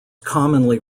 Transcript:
commonly